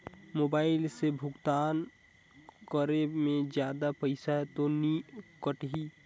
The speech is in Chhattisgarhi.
मोबाइल से भुगतान करे मे जादा पईसा तो नि कटही?